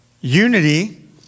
Unity